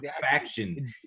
faction